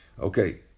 Okay